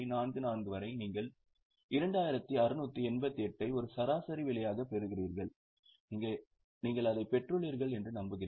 44 வரை நீங்கள் 2688 ஐ ஒரு சராசரி விலையாகப் பெறுவீர்கள் நீங்கள் அதைப் பெற்றுள்ளீர்கள் என்று நம்புகிறேன்